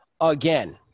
again